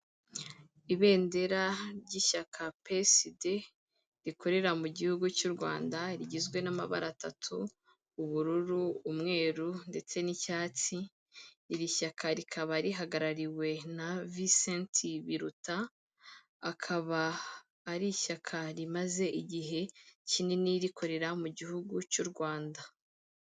Ibendera ry'ishyaka PSD, rikorera mu gihugu cy'u Rwanda rigizwe n'amabara atatu, ubururu, umweru ndetse n'icyatsi, iri shyaka rikaba rihagarariwe na Visenti Biruta, akaba ari ishyaka rimaze igihe kinini rikorera mu gihugu cy'u Rwanda.